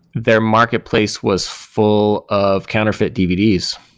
their marketplace was full of counterfeit dvds.